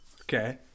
Okay